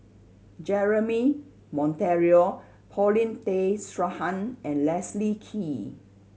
Jeremy Monteiro Paulin Tay Straughan and Leslie Kee